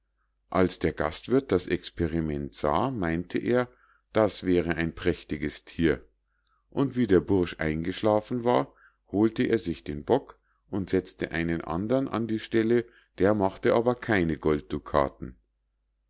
als der gastwirth das experiment sah meinte er das wäre ein prächtiges thier und wie der bursch eingeschlafen war holte er sich den bock und setzte einen andern an die stelle der machte aber keine goldducaten